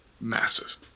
Massive